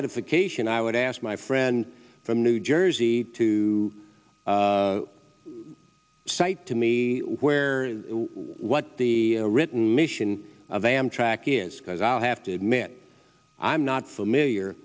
edification i would ask my friend from new jersey to cite to me where what the written mission of amtrak is because i have to admit i'm not familiar